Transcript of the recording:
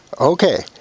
Okay